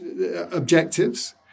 objectives